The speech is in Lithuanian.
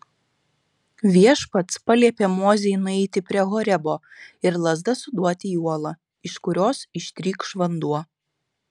viešpats paliepė mozei nueiti prie horebo ir lazda suduoti į uolą iš kurios ištrykš vanduo